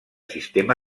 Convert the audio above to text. sistema